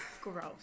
Gross